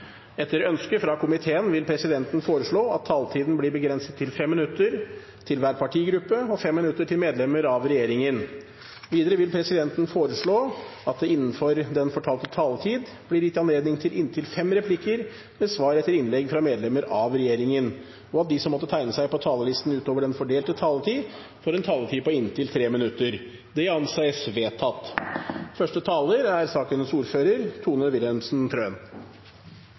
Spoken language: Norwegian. Etter ønske fra familie- og kulturkomiteen vil presidenten foreslå at taletiden blir begrenset til 5 minutter til hver partigruppe og 5 minutter til medlemmer av regjeringen. Videre vil presidenten foreslå at det – innenfor den fordelte taletid – blir gitt anledning til inntil fem replikker med svar etter innlegg fra medlemmer av regjeringen, og at de som måtte tegne seg på talerlisten utover den fordelte taletid, får en taletid på inntil 3 minutter. – Det anses vedtatt. Komiteen er